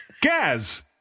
Gaz